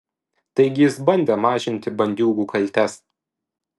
taigi jis bandė mažinti bandiūgų kaltes